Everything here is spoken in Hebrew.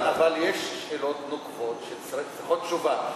אבל יש שאלות נוקבות שצריכות תשובה,